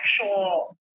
actual